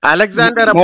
Alexander